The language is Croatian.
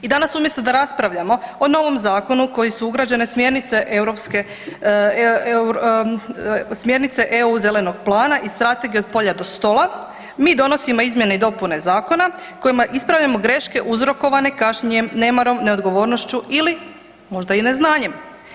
I danas umjesto da raspravljamo o novom zakonu u koji su ugrađene smjernice EU zelenog plana i Strategija od polja do stola, mi donosimo izmjene i dopune zakona kojima ispravljamo greške uzrokovane kašnjenjem, nemarom, neodgovornošću ili možda i neznanjem.